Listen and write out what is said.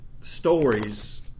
stories